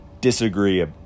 disagree